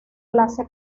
clase